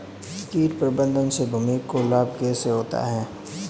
कीट प्रबंधन से भूमि को लाभ कैसे होता है?